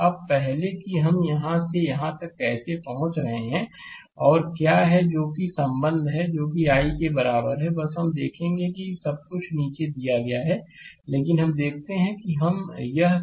अब पहले कि हम यहाँ से यहाँ तक कैसे पहुँच रहे हैं और क्या है जो कि संबंध है जो कि i के बराबर है बस हम देखेंगे कि सब कुछ नीचे दिया गया है लेकिन हम देखते हैं कि हम यह कैसे कर सकते हैं